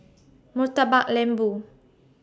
Murtabak Lembu